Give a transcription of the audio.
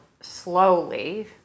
Slowly